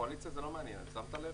את הקואליציה זה לא מעניין, שמת לב?